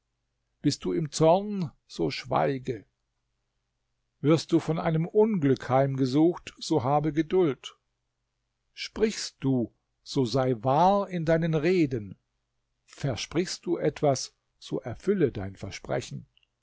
bist du im zorn so schweige wirst du von einem unglück heimgesucht so habe geduld sprichst du so sei wahr in deinen reden versprichst du etwas so erfülle dein versprechen